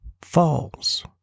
falls